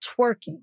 twerking